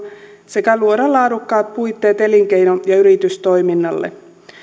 sekä luomalla laadukkaat puitteet elinkeino ja yritystoiminnalle